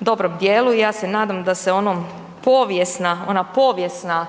dobrom dijelu i ja se nadam da se onom povijesna,